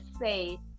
say